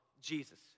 Jesus